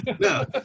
no